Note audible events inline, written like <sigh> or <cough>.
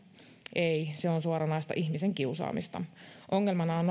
ei se on suoranaista ihmisen kiusaamista ongelmana on <unintelligible>